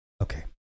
Okay